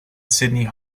sydney